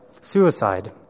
suicide